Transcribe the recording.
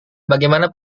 bagaimana